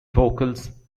vocals